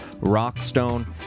Rockstone